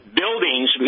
buildings